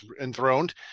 enthroned